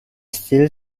still